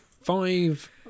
Five